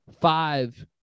five